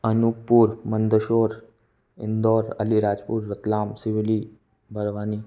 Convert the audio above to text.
Anuppur Mandsaur Indore Alirajpur Ratlam Sivli Barwani